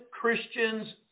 Christians